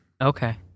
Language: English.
Okay